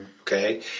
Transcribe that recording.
okay